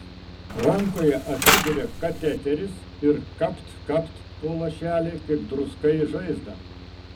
rankoje atsiduria kateteris ir kapt kapt po lašelį kaip druska į žaizdą